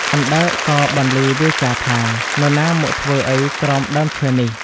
អណ្ដើកក៏បន្លឺវាចាថា ៖ នរណាមកធ្វើអ្វីក្រោមដើមឈើនេះ?